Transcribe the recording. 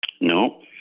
No